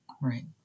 Right